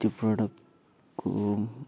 त्यो प्रोडक्टको